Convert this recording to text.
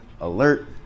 alert